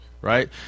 right